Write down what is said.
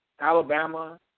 Alabama